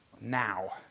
now